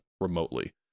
remotely